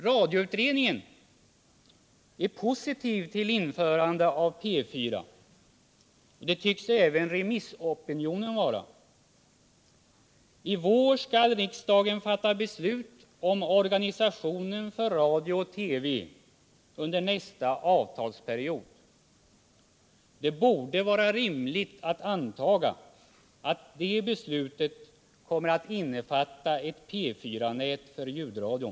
Radioutredningen är positiv till ett införande av P 4, och det tycks även remissopinionen vara. I vår skall riksdagen fatta beslut om organisationen för radio och TV under nästa avtalsperiod. Det borde vara rimligt att anta att det beslutet kommer att innefatta ett P 4-nät för ljud = Nr 18 radion.